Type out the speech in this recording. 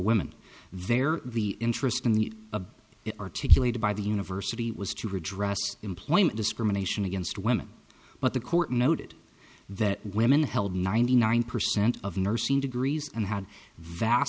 women they're the interest in the a it articulated by the university was to redress employment discrimination against women but the court noted that women held ninety nine percent of nursing degrees and had